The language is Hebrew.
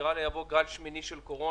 נראה לי שיעבור גל שמיני של קורונה,